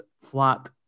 flat